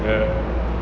ya